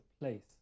place